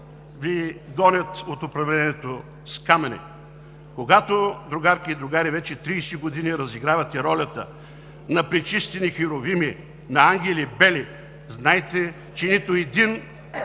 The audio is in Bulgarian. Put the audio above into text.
Ви гонят от управлението с камъни?! Когато, другарки и другари, вече 30 години разигравате ролята на пречистени херувими, на ангели бели, знайте, че нито един